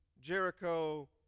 Jericho